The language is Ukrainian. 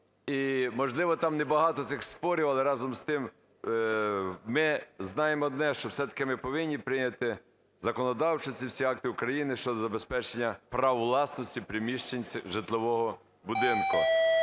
І можливо, там небагато цих спорів, але разом з тим ми знаємо одне, що все-таки ми повинні прийняти законодавчо ці всі акти України щодо забезпечення прав власності приміщень житлового будинку.